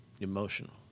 emotional